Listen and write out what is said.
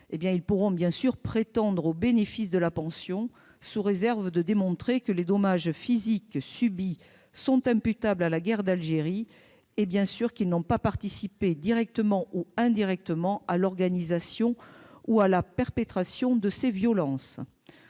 pourront bien sûr prétendre au bénéfice de la pension, sous réserve de démontrer que les dommages physiques subis sont imputables à la guerre d'Algérie et qu'eux-mêmes n'ont pas participé, directement ou indirectement, à l'organisation ou à la perpétration de ces violences.